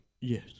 Yes